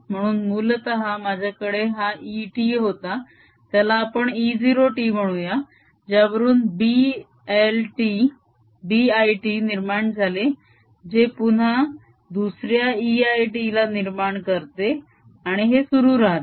म्हणून मूलतः माझ्याकडे हा Et होता त्याला आपण E0 t म्हणूया ज्यावरून B l t निर्माण झाले जे पुन्हा दुसऱ्या E l t ला निर्माण करते आणि हे सुरु राहते